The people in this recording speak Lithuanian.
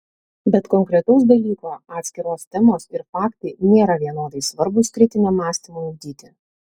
bet konkretaus dalyko atskiros temos ir faktai nėra vienodai svarbūs kritiniam mąstymui ugdyti